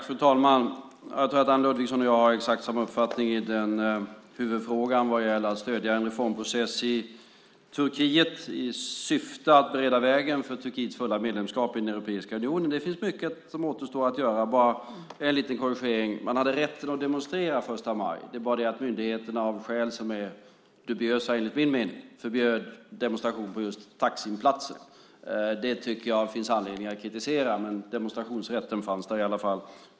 Fru talman! Jag tror att Anne Ludvigsson och jag har exakt samma uppfattning i huvudfrågan vad gäller att stödja en reformprocess i Turkiet i syfte att bereda vägen för Turkiets fulla medlemskap i Europeiska unionen. Det finns mycket som återstår att göra. Jag vill göra en liten korrigering. Man hade rätt att demonstrera den 1 maj. Det var bara det att myndigheterna av skäl som enligt min mening är dubiösa förbjöd demonstration på just Taksimplatsen. Det tycker jag att det finns anledning att kritisera, men demonstrationsrätten fanns där i alla fall.